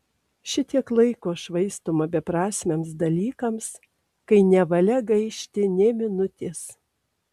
šitiek laiko švaistoma beprasmiams dalykams kai nevalia gaišti nė minutės